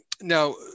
Now